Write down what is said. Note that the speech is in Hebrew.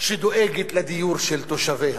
שדואגת לדיור של תושביה,